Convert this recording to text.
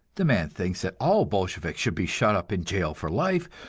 the man thinks that all bolsheviks should be shut up in jail for life,